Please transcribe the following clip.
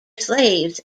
slaves